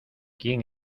quién